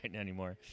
anymore